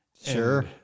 Sure